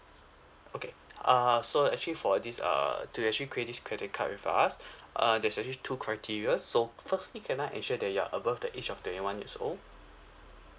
okay uh so actually for this err to actually create this credit card with us uh there's actually two criteria so firstly can I ensure that you are above the age of twenty one years old